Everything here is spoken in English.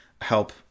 help